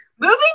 Moving